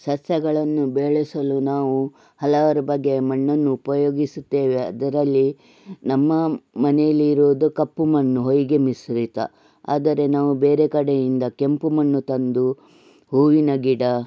ಸಸ್ಯಗಳನ್ನು ಬೆಳೆಸಲು ನಾವು ಹಲವಾರು ಬಗೆಯ ಮಣ್ಣನ್ನು ಉಪಯೋಗಿಸುತ್ತೇವೆ ಅದರಲ್ಲಿ ನಮ್ಮ ಮನೆಯಲ್ಲಿರೋದು ಕಪ್ಪು ಮಣ್ಣು ಹೊಯ್ಗೆ ಮಿಶ್ರಿತ ಆದರೆ ನಾವು ಬೇರೆ ಕಡೆಯಿಂದ ಕೆಂಪು ಮಣ್ಣು ತಂದು ಹೂವಿನ ಗಿಡ